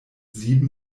sieben